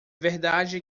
verdade